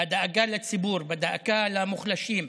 בדאגה לציבור, בדאגה למוחלשים,